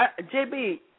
JB